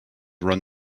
run